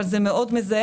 אבל הם כן מאוד מזהמים.